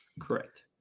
Correct